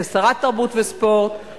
כשרת התרבות והספורט,